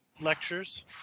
lectures